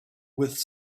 with